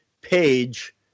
page